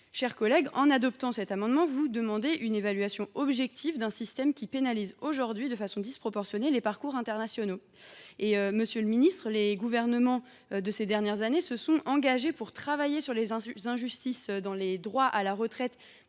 chers collègues, en adoptant cet amendement, vous demanderez une évaluation objective d’un système qui pénalise aujourd’hui de façon disproportionnée les parcours internationaux. Monsieur le ministre, les gouvernements précédents se sont constamment engagés à travailler sur les injustices dans les droits à la retraite